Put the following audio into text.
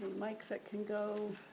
mic that can go.